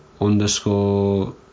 underscore